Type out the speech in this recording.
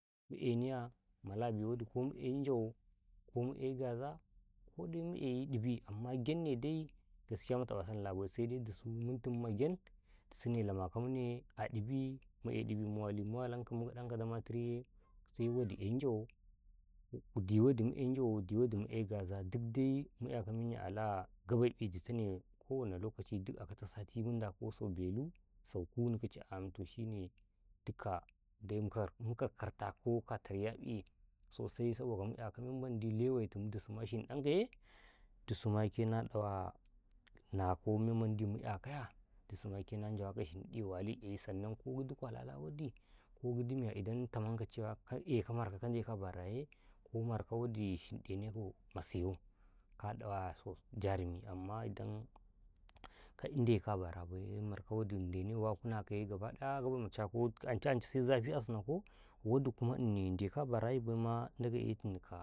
﻿Muye, ni yaa ma la bi wadi ku mu yan jawoo, ko mu eh gaza, ko mu eh ɗibi, amman gen ne dai gaskiya mu ta ƃan da bay, sai dai dusu mun tum ma gen, dusu ne la ma ka mune a ɗi bii, mu eh ɗibi muwali, mu walan kau mu ga ɗan damaturu yee, sai wadi yan jawadi wadi mu eh mu eh gaza, duk dai mu ya kau manyiii alaa ga bai 'i duta ne, ko wani lokaci, gida a'a ka ta sati san belu, sau kunu kice toh shine, dik ka mu ka far ta kuu a kata riya'i sosai, sabo kau,, muya men mendi lewe tu mu mashinɗan ka yee dusu ma ke, na ku men mendi na ka yaa, dusus ka na jawa su shindɗi, wali eh, sannan ko wadi kwalala wadi, ko gidi mi ya, idan ta man ka, ka jawa ka eh ka markau, ka eh ka bara yee ko markau wadi shinɗe ne ko, masi yau, ka ɗawa jarimi, amman, da kan de ka bara bay, eh, markau dene wa ku na ka yee, gaba ɗaya gabe ta ca ku, sai zaf as na ku, wadi kuma Nni deka bara bay ma, Ndage i hini kau.